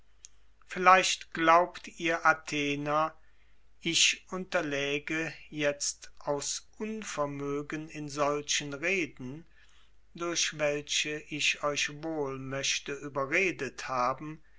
vielleicht glaubt ihr athener ich unterläge jetzt aus unvermögen in solchen reden durch welche ich euch wohl möchte überredet haben